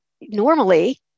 normally